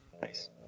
Nice